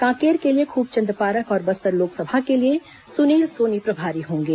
कांकेर के लिये खूबचंद पारख और बस्तर लोकसभा के लिये सुनील सोनी प्रभारी होंगे